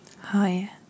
Hi